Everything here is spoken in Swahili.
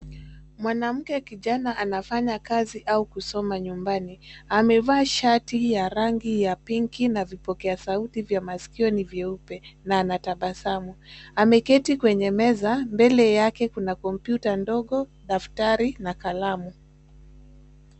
Mwanamke kijana anafanya kazi au kusoma nyumbani amevaa shati ya rangi ya pinki na vipokea sauti vya masikio ni vyeupe na anatabasamu, ameketi kwenye meza mbele yake kuna kompyuta ndogo, daftari na kalamu.